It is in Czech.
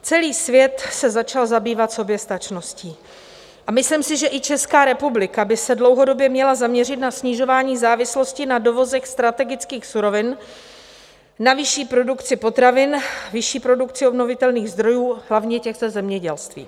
Celý svět se začal zabývat soběstačností a myslím si, že i Česká republika by se dlouhodobě měla zaměřit na snižování závislosti na dovozech strategických surovin, na vyšší produkci potravin, vyšší produkci obnovitelných zdrojů, hlavně těch ze zemědělství.